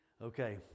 Okay